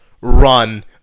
run